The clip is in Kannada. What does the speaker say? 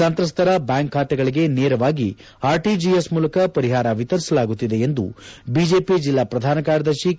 ಸಂತ್ರಸ್ತರ ಬ್ಯಾಂಕ್ ಖಾತೆಗಳಿಗೆ ನೇರವಾಗಿ ಆರ್ಟಿಜಿಎಸ್ ಮೂಲಕ ಪರಿಹಾರ ವಿತರಿಸಲಾಗುತ್ತಿದೆ ಎಂದು ಬಿಜೆಪಿ ಜೆಲ್ಲಾ ಪ್ರಧಾನ ಕಾರ್ಯ್ರಶಿ ಕೆ